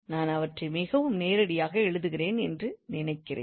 நான் அவற்றை மிகவும் நேரடியாக எழுதுகிறேன் என்று நினைக்கிறேன்